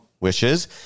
wishes